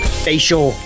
facial